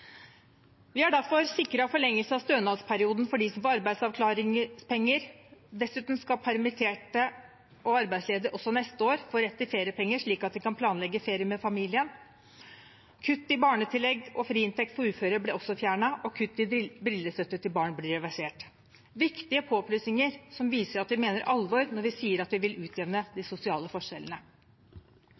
Vi har derfor sikret forlengelse av stønadsperioden for dem som går på arbeidsavklaringspenger. Dessuten skal permitterte og arbeidsledige også neste år få rett til feriepenger, slik at de kan planlegge ferie med familien. Kutt i barnetillegg og friinntekt for uføre ble også fjernet, og kutt i brillestøtten til barn blir reversert. Det er viktige påplussinger som viser at vi mener alvor når vi sier at vi vil utjevne de sosiale forskjellene.